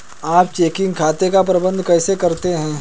आप चेकिंग खाते का प्रबंधन कैसे करते हैं?